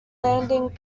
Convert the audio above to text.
landing